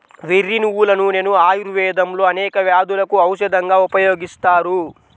వెర్రి నువ్వుల నూనెను ఆయుర్వేదంలో అనేక వ్యాధులకు ఔషధంగా ఉపయోగిస్తారు